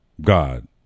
God